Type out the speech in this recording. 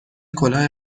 کلاه